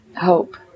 hope